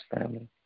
family